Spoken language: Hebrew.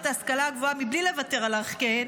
ההשכלה הגבוהה בלי לוותר על ערכיהם.